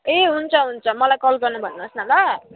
ए हुन्छ हुन्छ मलाई कल गर्नु भन्नुहोस् न ल